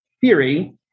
theory